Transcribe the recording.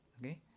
Okay